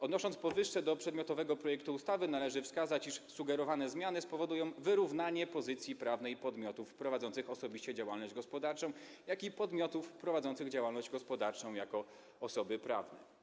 Odnosząc powyższe do przedmiotowego projektu ustawy, należy wskazać, iż sugerowane zmiany spowodują wyrównanie pozycji prawnej podmiotów prowadzących osobiście działalność gospodarczą, jak i podmiotów prowadzących działalność gospodarczą jako osoby prawne.